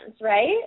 right